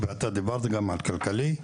ואתה דיברת גם על הכלכלי,